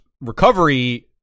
recovery